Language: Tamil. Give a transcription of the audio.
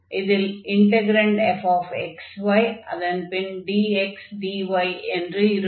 இதில் இன்டக்ரன்ட் fx y அதன்பின் dxdy என்று இருக்கும்